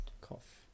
Cough